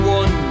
one